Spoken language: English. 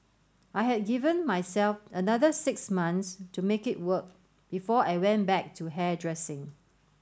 I had given myself another six months to make it work before I went back to hairdressing